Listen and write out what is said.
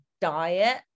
diet